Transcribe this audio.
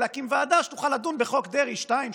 כדי שאפשר יהיה להקים ועדה שתוכל לדון בחוק דרעי 2,